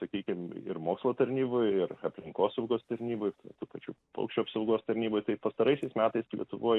sakykim ir mokslo tarnyboj ir aplinkosaugos tarnyboj tų pačių paukščių apsaugos tarnyboj tai pastaraisiais metais lietuvoj